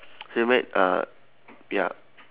she make ah ya